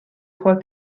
trois